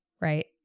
right